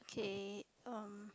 okay um